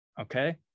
Okay